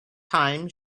thyme